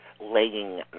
laying